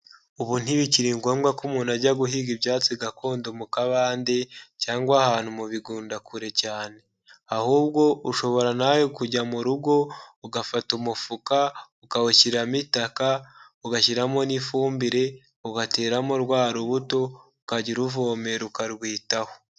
Ubu ntibikiri ngombwa ko umuntu ajya guhiga ibyatsi gakondo mu kabande cyangwa ahantu mu bigunda kure cyane, ahubwo ushobora nawe kujya mu rugo ugafata umufuka, ukawushyiramo itaka, ugashyiramo n'ifumbire, ugateramo rwa rubuto, ukajya uruvomera ukarwitaho.